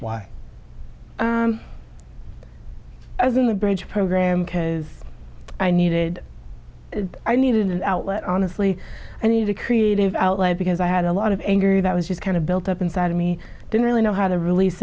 why i was in the bridge program because i needed i needed an outlet honestly and he's a creative outlet because i had a lot of anger that was just kind of built up inside of me i didn't really know how to release